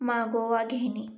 मागोवा घेणे